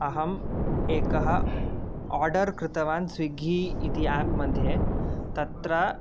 अहम् एकः आर्डर् कृतवान् स्विगी इति एप् मध्ये तत्र